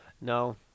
No